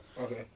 Okay